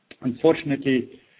unfortunately